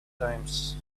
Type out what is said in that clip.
times